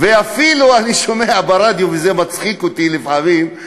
ואפילו אני שומע ברדיו, וזה מצחיק אותי לפעמים: